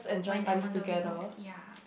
when I'm on the way home ya